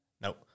no